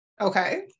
Okay